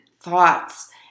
thoughts